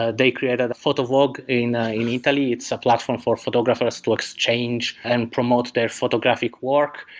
ah they created a photo vogue in ah in italy. it's a platform for photographers to exchange and promote their photographic work.